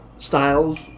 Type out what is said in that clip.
styles